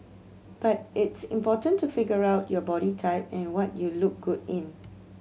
but it's important to figure out your body type and what you look good in